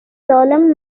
ظالم